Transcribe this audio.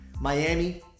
Miami